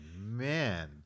man